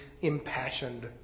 impassioned